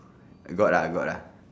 got lah got lah